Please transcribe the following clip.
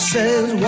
Says